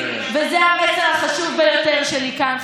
וזה המסר החשוב ביותר שלי כאן,